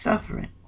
suffering